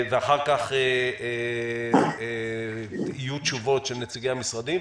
ואחר כך יהיו תשובות של נציגי המשרדים,